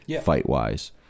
fight-wise